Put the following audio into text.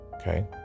okay